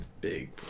big